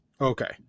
Okay